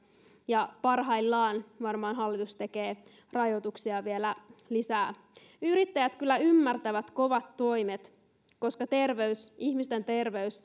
ja parhaillaan hallitus varmaan tekee rajoituksia vielä lisää yrittäjät kyllä ymmärtävät kovat toimet koska ihmisten